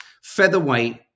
Featherweight